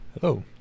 Hello